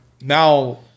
now